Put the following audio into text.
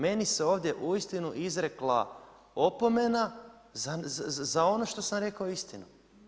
Meni se ovdje uistinu izrekla opomena za ono što sam rekao istinu.